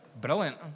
brilliant